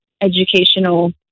educational